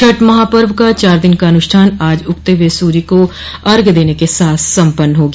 छठ महापर्व का चार दिन का अनुष्ठान आज उगते सूर्य को अघ्य दने के साथ संपन्न हो गया